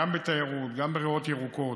גם בתיירות, גם בריאות ירוקות,